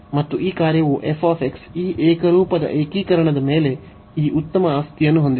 ಮತ್ತು ಈ ಕಾರ್ಯವು f ಈ ಏಕರೂಪದ ಏಕೀಕರಣದ ಮೇಲೆ ಈ ಉತ್ತಮ ವರ್ತನೆಯನ್ನು ಹೊಂದಿದೆ